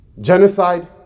genocide